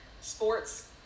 sports